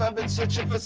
um been searching